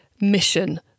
mission